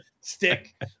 stick